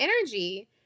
energy